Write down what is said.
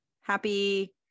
Happy